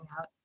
out